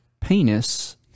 penis